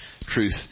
truth